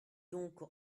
donc